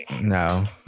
No